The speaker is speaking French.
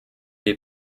est